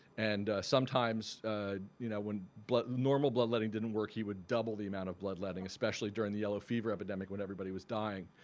and sometimes you know when but normal bloodletting didn't work he would double the amount of bloodletting especially during the yellow fever epidemic when everybody was dying.